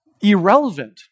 irrelevant